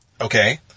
Okay